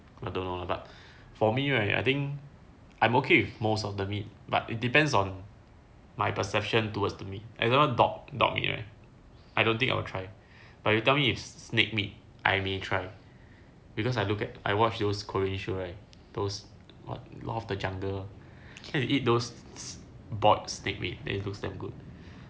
I don't know lah but for me right I think I'm okay with most of the meat but it depends on my perception towards the meat example dog dog meat right I don't think I will try but you tell me is snake meat I may try because I look at I watched those korean show right those law of the jungle then they eat those bought snake meat then it looks damn good